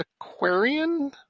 Aquarian